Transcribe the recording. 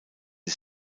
die